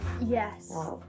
Yes